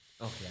Okay